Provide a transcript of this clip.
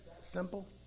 simple